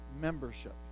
membership